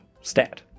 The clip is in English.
stat